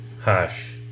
Hush